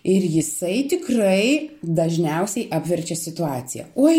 ir jisai tikrai dažniausiai apverčia situaciją oi